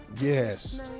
Yes